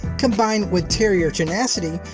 combine with terrier tenacity.